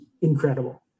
incredible